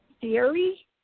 theory